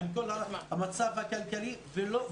עם המצב הכלכלי שלה.